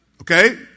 okay